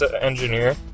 engineer